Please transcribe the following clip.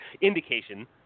indication